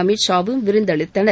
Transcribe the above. அமீத் ஷாவும் விருந்தளித்தனர்